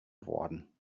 worden